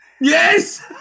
Yes